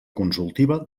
consultiva